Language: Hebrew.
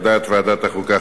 על דעת ועדת החוקה,